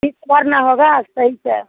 इस बार ना होगा सही से